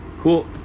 Cool